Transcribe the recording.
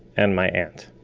and my aunt